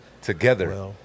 together